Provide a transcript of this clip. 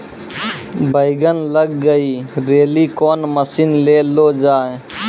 बैंगन लग गई रैली कौन मसीन ले लो जाए?